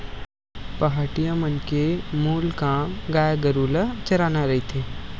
पहाटिया मन के मूल काम गाय गरु ल चराना रहिथे